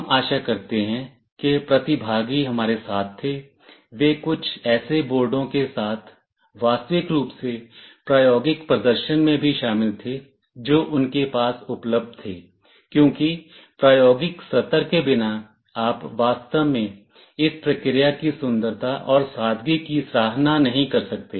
हम आशा करते हैं कि प्रतिभागी हमारे साथ थे वे कुछ ऐसे बोर्डों के साथ वास्तविक रूप से प्रायोगिक प्रदर्शन में भी शामिल थे जो उनके पास उपलब्ध थे क्योंकि प्रायोगिक सत्र के बिना आप वास्तव में इस प्रक्रिया की सुंदरता और सादगी की सराहना नहीं कर सकते